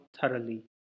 thoroughly